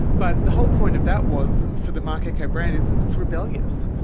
but the whole point of that was, for the marc ecko brand, is that it's rebellious.